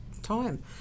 Time